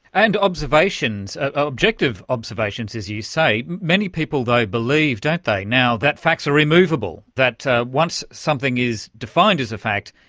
and ah objective observations, as you say, many people though believe, don't they, now, that facts are removable, that once something is defined as a fact,